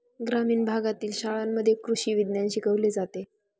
ग्रामीण भागातील शाळांमध्ये कृषी विज्ञान शिकवले जाते